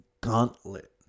gauntlet